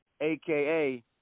AKA